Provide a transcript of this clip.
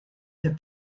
the